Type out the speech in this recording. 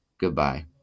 Goodbye